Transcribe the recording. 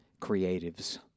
creatives